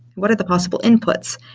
what are the possible inputs?